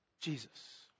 Jesus